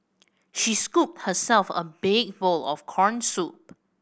she scooped herself a big bowl of corn soup